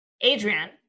Adrian